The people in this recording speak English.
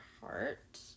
heart